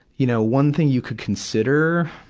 you know, one thing you could consider,